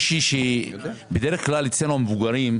בדרך כלל אצל המבוגרים,